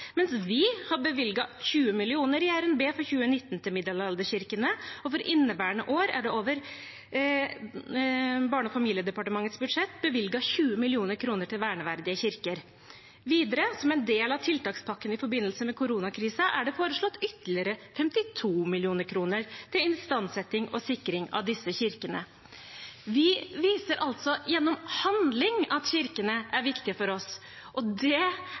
mens vi har bevilget 20 mill. kr. i revidert nasjonalbudsjett for 2019 til middelalderkirkene. For inneværende år er det over Barne- og familiedepartementets budsjett bevilget 20 mill. kr til verneverdige kirker. Videre, som en del av tiltakspakken i forbindelse med koronakrisen, er det foreslått ytterligere 52 mill. kr til istandsetting og sikring av disse kirkene. Vi viser altså gjennom handling at kirkene er viktige for oss, og det